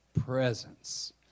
presence